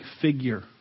figure